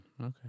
Okay